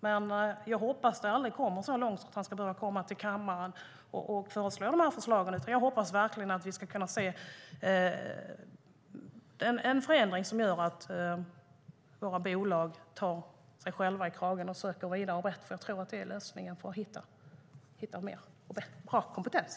Men jag hoppas att det aldrig kommer så långt att han ska behöva komma till kammaren med dessa förslag, utan jag hoppas verkligen att vi ska kunna se en förändring som gör att våra bolag tar sig själva i kragen och söker vidare. Det tror jag är lösningen för att hitta bra kompetens.